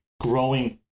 growing